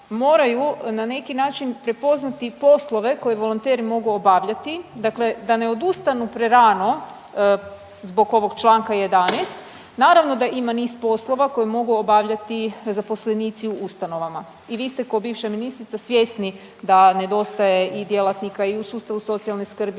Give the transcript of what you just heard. moraju na neki način prepoznate poslove koje volonteri mogu obavljati, dakle da ne odustanu prerano zbog ovog čl. 11. Naravno da ima niz poslova koji mogu obavljati zaposlenici u ustanovama i vi ste kao bivša ministrica svjesni da nedostaje i djelatnika i u sustavu socijalne skrbi,